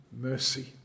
mercy